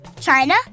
China